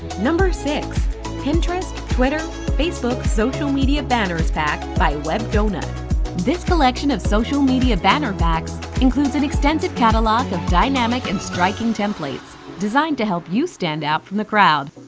number six pinterest twitter facebook social media banners pack by webdonut this collection of social media banner packs includes an extensive catalogue of dynamic and striking templates designed to help you stand out from the crowd.